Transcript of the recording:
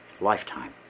Lifetime